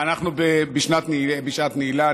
אנחנו בשעת נעילה.